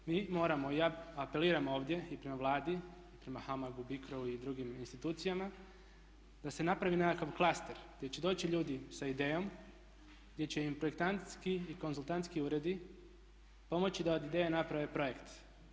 Mi moramo, ja apeliram ovdje i prema Vladi i prema HAMAG-u, BICRO-u i drugim institucijama da se napravi nekakav klaster gdje će doći ljudi sa idejom, gdje će im projektantski i konzultantski uredi pomoći da od ideje naprave projekt.